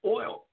oil